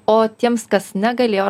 o tiems kas negalėjo